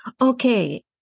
okay